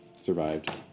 Survived